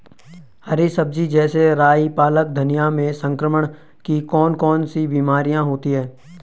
हरी सब्जी जैसे राई पालक धनिया में संक्रमण की कौन कौन सी बीमारियां होती हैं?